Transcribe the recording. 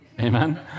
Amen